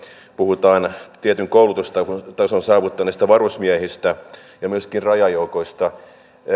puhutaan tietyn koulutustason saavuttaneista varusmiehistä ja myöskin rajajoukoista